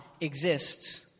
exists